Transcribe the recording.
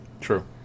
True